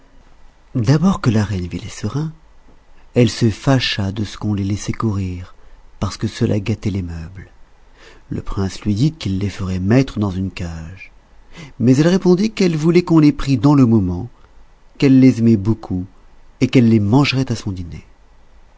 d'abord que la reine vit les serins elle se fâcha de ce qu'on les laissait courir parce que cela gâtait les meubles le prince lui dit qu'il les ferait mettre dans une cage mais elle répondit qu'elle voulait qu'on les prît dans le moment qu'elle les aimait beaucoup et qu'elle les mangerait à son dîner